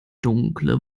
dunkle